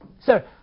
Sir